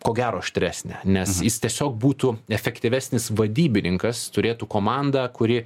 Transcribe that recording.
ko gero aštresnė nes jis tiesiog būtų efektyvesnis vadybininkas turėtų komandą kuri